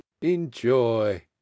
enjoy